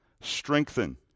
strengthen